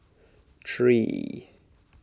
three